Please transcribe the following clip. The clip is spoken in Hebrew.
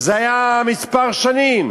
היה כמה שנים.